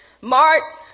Mark